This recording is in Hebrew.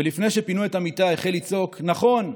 ולפני שפינו את המיטה החל לצעוק: נכון,